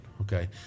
okay